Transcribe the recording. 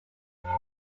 there